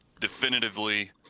definitively